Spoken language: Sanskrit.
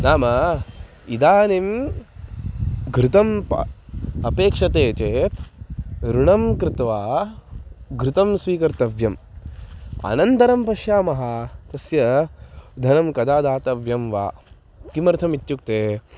नाम इदानीं घृतम् अपेक्ष्यते चेत् ऋणं कृत्वा घृतं स्वीकर्तव्यम् अनन्तरं पश्यामः तस्य धनं कदा दातव्यं वा किमर्थमित्युक्ते